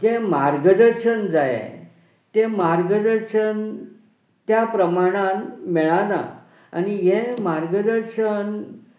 जें मार्गदर्शन जाय तें मार्गदर्शन त्या प्रमाणान मेळना आनी हें मार्गदर्शन